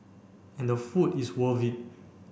and the food is worth it